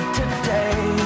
today